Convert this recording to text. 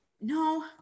No